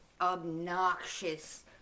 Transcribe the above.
obnoxious